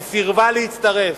היא סירבה להצטרף.